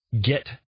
get